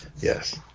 Yes